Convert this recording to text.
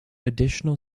additional